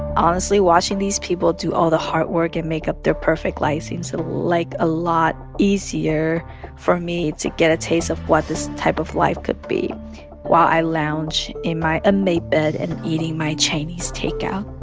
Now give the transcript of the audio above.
honestly, watching these people do all the hard work and make up their perfect life seems like a lot easier for me to get a taste of what this type of life could be while i lounge in my unmade bed and eating my chinese takeout